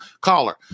caller